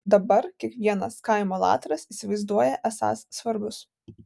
dabar kiekvienas kaimo latras įsivaizduoja esąs svarbus